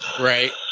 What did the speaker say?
Right